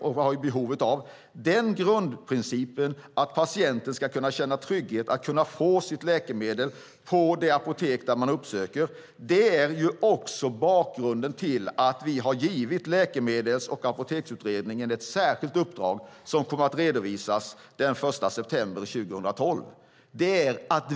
Det är en grundprincip att patienten ska kunna känna trygghet i att kunna få sitt läkemedel på det apotek man uppsöker. Det är också bakgrunden till att vi har givit Läkemedels och apoteksutredningen ett särskilt uppdrag som kommer att redovisas den 1 september 2012.